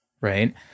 right